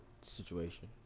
situation